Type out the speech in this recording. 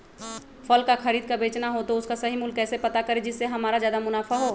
फल का खरीद का बेचना हो तो उसका सही मूल्य कैसे पता करें जिससे हमारा ज्याद मुनाफा हो?